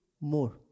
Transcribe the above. more